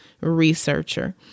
researcher